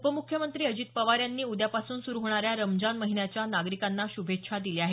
उपमुख्यमंत्री अजित पवार यांनी उद्यापासून सुरु होणाऱ्या रमजान महिन्याच्या नागरिकांना शुभेच्छा दिल्या आहेत